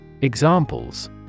Examples